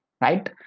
right